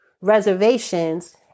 reservations